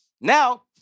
Now